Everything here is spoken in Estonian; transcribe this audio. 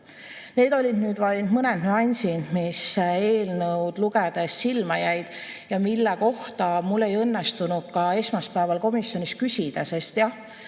Need olid vaid mõned nüansid, mis eelnõu lugedes silma jäid ja mille kohta mul ei õnnestunud ka esmaspäeval komisjonis küsida, sest kell